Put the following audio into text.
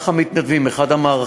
מערך המתנדבים הוא אחד המערכים